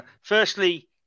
Firstly